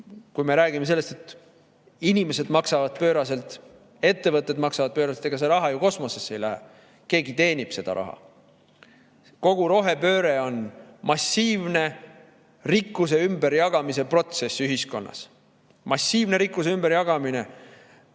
kui me räägime sellest, et inimesed maksavad pööraselt, ettevõtted maksavad pööraselt, siis ega see raha ju kosmosesse ei lähe, keegi teenib seda raha. Kogu rohepööre on massiivne rikkuse ümberjagamise protsess ühiskonnas. Massiivne rikkuse ümberjagamine väga